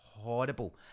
horrible